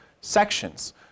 sections